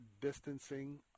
distancing